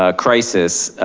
ah crisis.